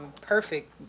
perfect